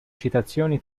citazioni